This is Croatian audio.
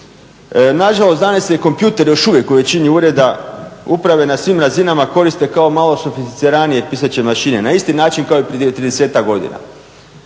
Na žalost danas je kompjuter još uvijek u većini ureda uprave na svim razinama koriste kao malo sofisticiranije pisaće mašine na isti način kao i prije tridesetak godina.